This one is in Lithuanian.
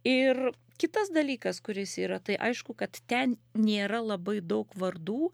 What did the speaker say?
ir kitas dalykas kuris yra tai aišku kad ten nėra labai daug vardų